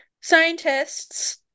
Scientists